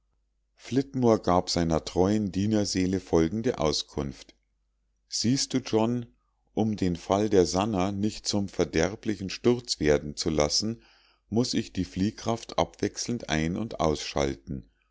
flitmore gab seiner treuen dienerseele folgende auskunft siehst du john um den fall der sannah nicht zum verderblichen sturz werden zu lassen muß ich die fliehkraft abwechselnd ein und ausschalten